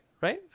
Right